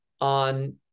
on